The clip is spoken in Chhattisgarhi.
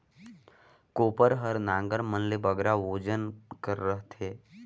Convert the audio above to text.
कोपर हर नांगर मन ले बगरा ओजन कर रहथे